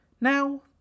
Now